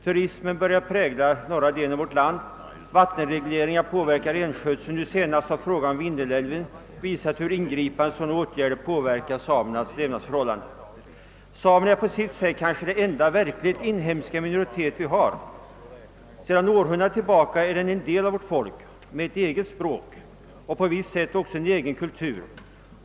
Turismen börjar prägla den norra delen av vårt land, och vattenregleringarna påverkar renskötseln. Nu senast har frågan om Vindelälven visat hur ingripande sådana åtgärder påverkar samernas levnadsförhållanden. Samerna är på sitt sätt kanske den enda verkligt inhemska minoritet som finns i vårt land. Sedan århundraden tillbaka är den en del av vårt folk med ett eget språk och på visst sätt också en egen kultur.